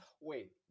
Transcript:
Wait